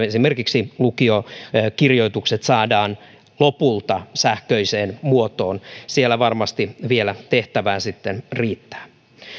esimerkiksi lukiokirjoitukset saadaan lopulta sähköiseen muotoon siellä varmasti vielä tehtävää riittää